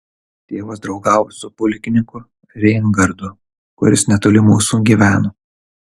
tėvas draugavo su pulkininku reingardu kuris netoli mūsų gyveno